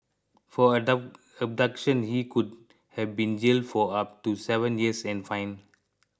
for abduction he could have been jailed for up to seven years and fined